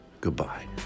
Goodbye